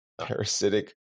parasitic